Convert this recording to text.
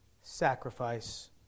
sacrifice